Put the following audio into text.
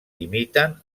imiten